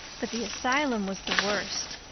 but the asylum was the worst.